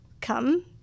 come